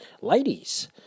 Ladies